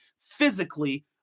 physically